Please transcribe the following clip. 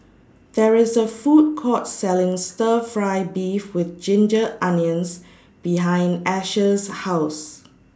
There IS A Food Court Selling Stir Fry Beef with Ginger Onions behind Asher's House